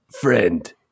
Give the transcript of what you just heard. Friend